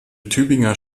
tübinger